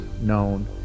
known